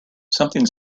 something